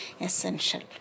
essential